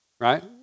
right